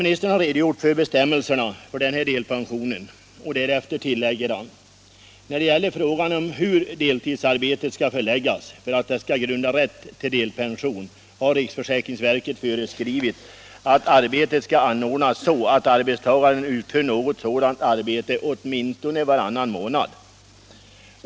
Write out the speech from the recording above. ”När det gäller frågan om hur deltidsarbetet skall förläggas för att det skall grunda rätt till delpension har riksförsäkringsverket föreskrivit att arbetet skall anordnas så att arbetstagaren utför något sådant arbete åtminstone varannan månad.